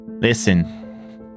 listen